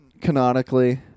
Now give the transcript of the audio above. canonically